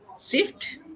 shift